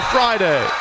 Friday